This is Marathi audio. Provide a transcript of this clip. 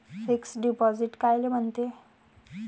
फिक्स डिपॉझिट कायले म्हनते?